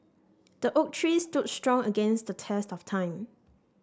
the oak tree stood strong against the test of time